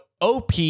OP